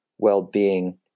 well-being